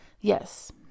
Yes